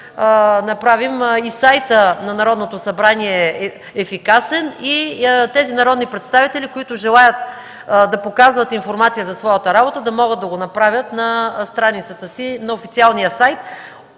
направим наистина сайта на Народното събрание ефикасен и тези народни представители, които желаят да показват информация за своята работа, да могат да го направят на страницата си на официалния сайт.